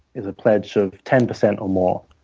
is a pledge of ten percent or more.